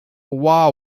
wah